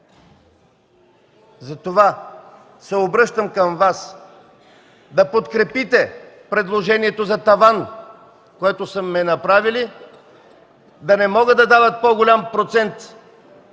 Затова се обръщам към Вас да подкрепите предложението за таван, което сме направили, да не могат да дават по-голям процент